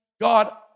God